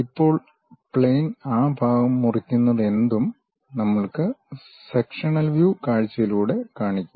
ഇപ്പോൾ പ്ലെയിൻ ആ ഭാഗം മുറിക്കുന്നതെന്തും നമ്മൾ അത് കട്ട് സെക്ഷണൽ വ്യൂ കാഴ്ചയിലൂടെ കാണിക്കും